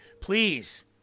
Please